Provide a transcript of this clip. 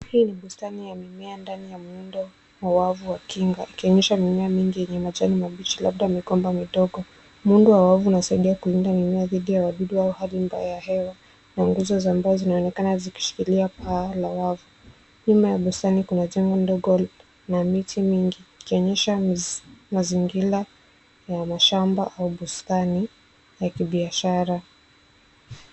Hii ni bustani ya mimea ndani ya muundo wa wavu wa kinga, ukionyesha mimea mingi yenye majani mabichi labda migomba midogo. Muundo wa wavu unasaidia kulinda mimea dhidi ya wadudu au hali mbaya ya hewa na nguzo za mbao zinaonekana zikishikilia paa la wavu. Nyuma ya bustani kuna jengo ndogo na miti mingi, ikionyesha mazingira ya mashamba au bustani ya kibiashara.